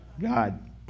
God